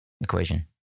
equation